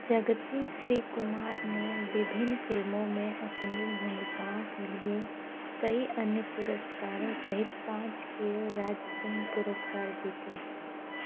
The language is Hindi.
जगती श्री कुमार ने विभिन्न फ़िल्मों में अपनी भूमिकाओं के लिए कई अन्य पुरस्कारों सहित पाँच केरल राज्य फ़िल्म पुरस्कार जीते